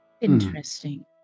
Interesting